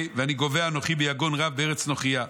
והינה גווע אנוכי ביגון רב בארץ נכרייה.